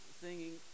singing